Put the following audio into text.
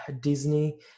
Disney